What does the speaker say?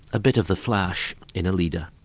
a bit of the flash in a leader.